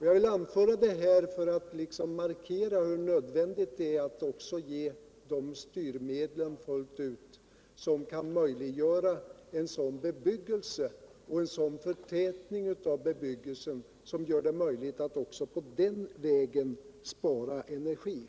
Jag vill anföra detta för att markera hur nödvändigt det är att ge de styrmedel fullt ut som kan möjliggöra en sådan bebyggelse och förtätning av bebyggelsen som gör det möjligt att också den vägen spara energi.